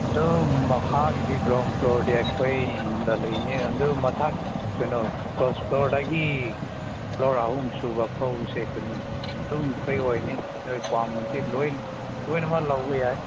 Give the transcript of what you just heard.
ꯑꯗꯨ ꯃꯈꯥꯒꯤꯗꯤ ꯒ꯭ꯔꯥꯎꯟꯗ ꯐ꯭ꯂꯣꯔꯒꯤꯗꯤ ꯑꯩꯈꯣꯏꯗ ꯂꯩꯅꯤ ꯑꯗꯨ ꯃꯊꯛ ꯀꯩꯅꯣ ꯐꯥꯔꯁꯠ ꯐ꯭ꯂꯣꯔꯗꯒꯤ ꯐ꯭ꯂꯣꯔ ꯑꯍꯨꯝꯁꯨꯕ ꯐꯥꯎꯕꯁꯦ ꯀꯩꯅꯣ ꯑꯗꯨꯝ ꯐ꯭ꯔꯤ ꯑꯣꯏꯅꯤ ꯅꯣꯏ ꯄꯥꯝꯃꯗꯤ ꯂꯣꯏ ꯂꯣꯏꯅꯃꯛ ꯂꯧꯕ ꯌꯥꯏ